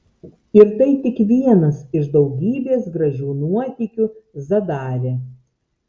ir tai tik vienas iš daugybės gražių nuotykių zadare